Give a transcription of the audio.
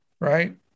right